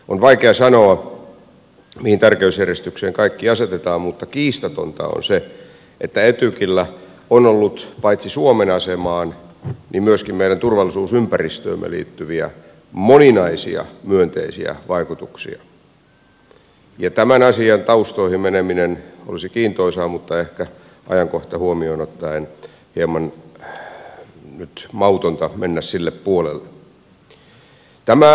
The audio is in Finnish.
on vaikea sanoa mihin tärkeysjärjestykseen kaikki asetetaan mutta kiistatonta on se että etykillä on ollut paitsi suomen asemaan myöskin meidän turvallisuusympäristöömme liittyviä moninaisia myönteisiä vaikutuksia ja tämän asian taustoihin meneminen olisi kiintoisaa mutta ehkä ajankohdan huomioon ottaen on nyt hieman mautonta mennä sille puolelle